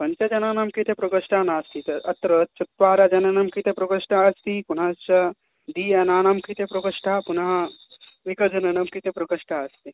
पञ्च जनानां कृते प्रकोष्ठः नास्त्ति अत्र चत्वारजनानां कृते प्रकोष्ठः अस्ति पुनश्च द्विजनानां कृते प्रकोष्ठः पुनः एकजनानां कृते प्रकोष्ठः अस्ति